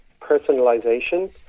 personalization